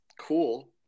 cool